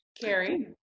Carrie